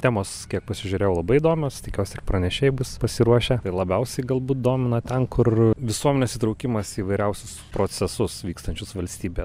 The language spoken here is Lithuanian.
temos kiek pasižiūrėjau labai įdomios tikiuosi ir pranešėjai bus pasiruošę tai labiausiai galbūt domina ten kur visuomenės įtraukimas į įvairiausius procesus vykstančius valstybėje